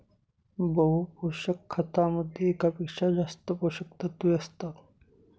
बहु पोषक खतामध्ये एकापेक्षा जास्त पोषकतत्वे असतात